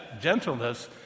gentleness